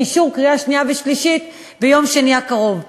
לאישור בקריאה שנייה ושלישית ביום שני הקרוב.